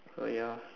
oh ya